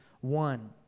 one